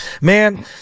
man